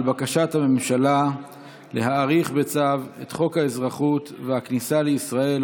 בקשת הממשלה להאריך בצו את חוק האזרחות והכניסה לישראל,